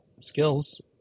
skills